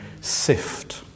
sift